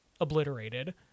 obliterated